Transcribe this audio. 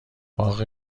باغ